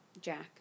Jack